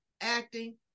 acting